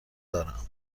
دارم